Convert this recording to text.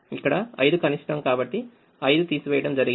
ఇక్కడ 5కనిష్టంకాబట్టి 5 తీసివేయడం జరిగింది